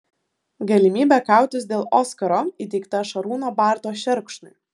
galimybė kautis dėl oskaro įteikta šarūno barto šerkšnui